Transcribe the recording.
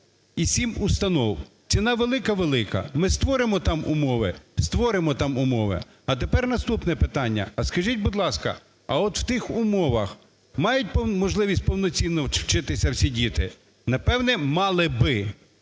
і 7 установ! Ціна велика? Велика. Ми створимо там умови? Створимо там умови. А тепер наступне питання. А скажіть, будь ласка, а от в тих умовах мають можливість повноцінно вчитися всі діти? Напевно, мали би.